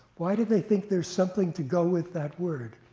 why did they think there's something to go with that word?